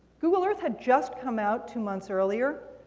google earth had just come out two months earlier.